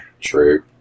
True